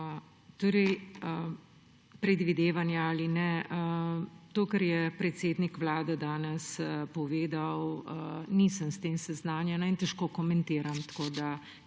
hvala. Predvidevanja ali ne, s tem, kar je predsednik Vlade danes povedal, nisem seznanjena in težko komentiram. Tako da